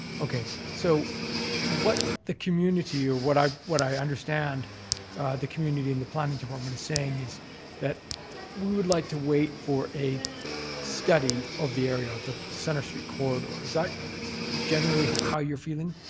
okay. so what the community or what i what i understand the community and the planning department is saying is that we would like to wait for a study of the area, the the centre street corridor. is that generally how you're feeling?